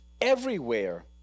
Everywhere